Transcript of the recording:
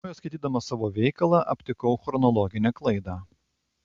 iš naujo skaitydamas savo veikalą aptikau chronologinę klaidą